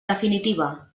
definitiva